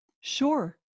Sure